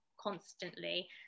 constantly